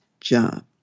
job